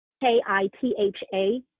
K-I-T-H-A